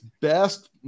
best